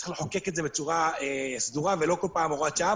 צריך לחוקק את זה בצורה סדורה ולא כל פעם הוראת שעה,